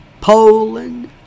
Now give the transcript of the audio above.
Poland